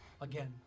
Again